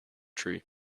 tree